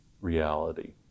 reality